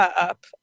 up